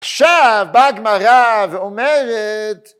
עכשיו באה הגמרא ואומרת